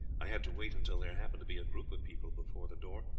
i had to wait until there happened to be a group of people before the door,